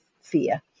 fear